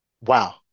Wow